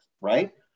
right